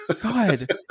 god